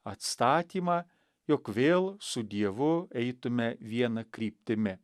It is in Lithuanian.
atstatymą jog vėl su dievu eitume viena kryptimi